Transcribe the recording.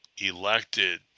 elected